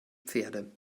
pferde